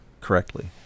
correctly